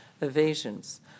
evasions